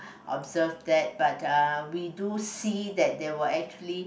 observe that but uh we do see that there were actually